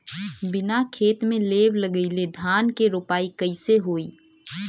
बिना खेत में लेव लगइले धान के रोपाई कईसे होई